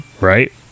right